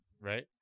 Right